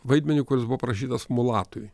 vaidmenį kuris buvo parašytas mulatui